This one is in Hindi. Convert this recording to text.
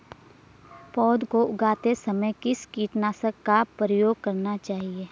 पौध को उगाते समय किस कीटनाशक का प्रयोग करना चाहिये?